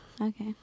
Okay